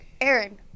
Aaron-